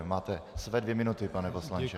Máte své dvě minuty, pane poslanče.